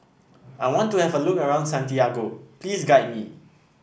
I want to have a look around Santiago please guide me